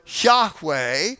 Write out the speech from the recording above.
Yahweh